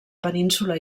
península